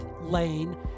Lane